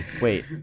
Wait